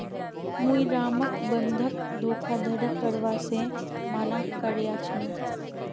मुई रामक बंधक धोखाधड़ी करवा से माना कर्या छीनु